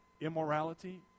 immorality